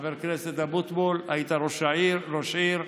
חבר הכנסת אבוטבול, היית ראש עיר,